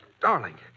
Darling